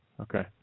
Okay